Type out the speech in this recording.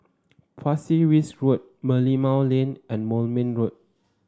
Pasir Ris Road Merlimau Lane and Moulmein Road